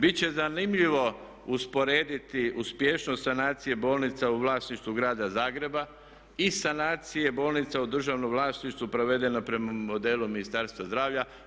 Bit će zanimljivo usporediti uspješnost sanacije bolnica u vlasništvu Grada Zagreba i sanacije bolnica u državnom vlasništvu provedenom prema modelu Ministarstva zdravlja.